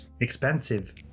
expensive